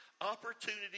opportunity